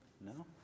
No